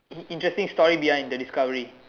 interesting story behind the discovery